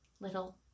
little